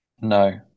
no